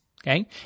okay